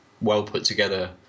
well-put-together